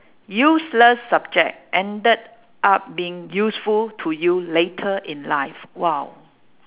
useless subject ended up being useful to you later in life !wow!